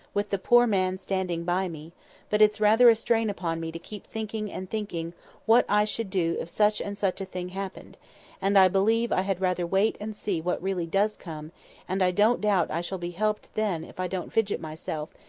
with the poor man standing by me but its rather a strain upon me to keep thinking and thinking what i should do if such and such a thing happened and, i believe, i had rather wait and see what really does come and i don't doubt i shall be helped then if i don't fidget myself,